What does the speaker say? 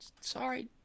sorry